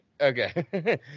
okay